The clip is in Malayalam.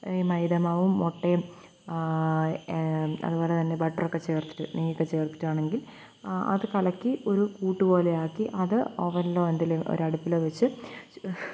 ഈ മൈദമാവും മുട്ടയും അതുപോലെതന്നെ ബട്ടറൊക്കെ ചേർത്തിട്ട് നെയ്യൊക്കെ ചേർത്തിട്ടാണെങ്കില് അത് കലക്കി ഒരു കൂട്ട് പോലെയാക്കി അത് ഓവനിലോ എന്തിലോ ഒരടുപ്പിലോ വച്ച്